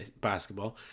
basketball